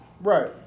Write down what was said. right